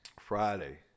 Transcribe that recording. Friday